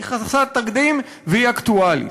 היא חסרת תקדים והיא אקטואלית.